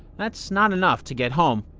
that's not enough to get home.